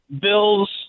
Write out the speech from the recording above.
Bills